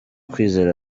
kwizera